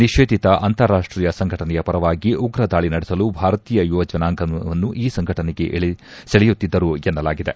ನಿಷೇಧಿತ ಅಂತಾರಾಷ್ಷೀಯ ಸಂಘಟನೆಯ ಪರವಾಗಿ ಉಗ್ರ ದಾಳಿ ನಡೆಸಲು ಭಾರತೀಯ ಯುವ ಜನಾಂಗವನ್ನು ಈ ಸಂಘಟನೆಗೆ ಸೆಳೆಯುತ್ತಿದ್ದರು ಎನ್ನಲಾಗಿದೆ